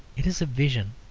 it is a vision.